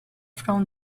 from